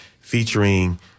featuring